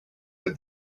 that